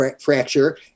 fracture